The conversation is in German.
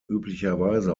üblicherweise